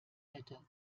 hätte